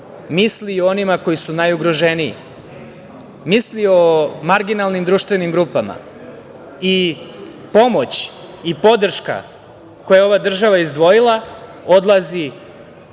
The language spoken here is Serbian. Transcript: misli o onima koji su najugroženiji, misli o marginalnim društvenim grupama i pomoć i podrška koju je ova država izdvojila odlazi